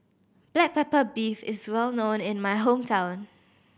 black pepper beef is well known in my hometown